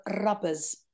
rubbers